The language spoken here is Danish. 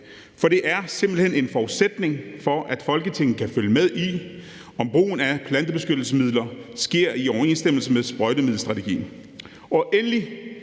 For det er simpelt hen en forudsætning for, at Folketinget kan følge med i, om brugen af plantebeskyttelsesmidler sker i overensstemmelse med sprøjtemiddelstrategien. Endelig